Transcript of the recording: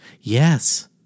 Yes